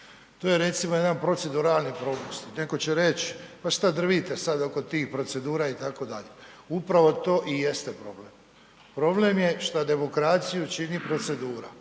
To je recimo jedan proceduralni propust. Neko će reć pa šta drvite sada oko tih procedura itd., upravo to i jeste problem. Problem je što demokraciju čini procedura,